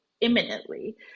imminently